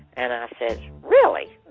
and i says, really?